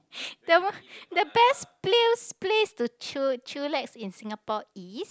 the the best place place to chill chillax in Singapore is